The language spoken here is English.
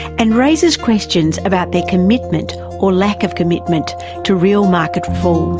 and raises questions about their commitment or lack of commitment to real market reform.